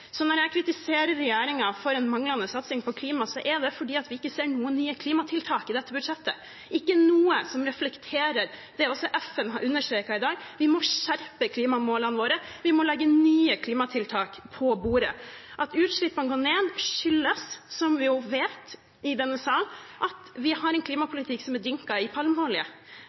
Så når jeg kritiserer regjeringen for manglende satsing på klima, er det fordi vi ikke ser noen nye klimatiltak i dette budsjettet, ikke noe som reflekterer det FN har understreket i dag: Vi må skjerpe klimamålene våre, vi må legge nye klimatiltak på bordet. At utslippene går ned, skyldes, som vi vet i denne salen, at vi har en klimapolitikk som er dynket i